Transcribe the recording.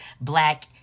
Black